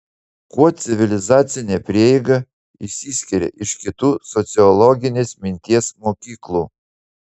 kuo civilizacinė prieiga išsiskiria iš kitų sociologinės minties mokyklų